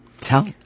Tell